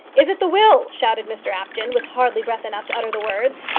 is it the will? shouted mr apjohn, with hardly breath enough to utter the words.